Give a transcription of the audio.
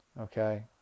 Okay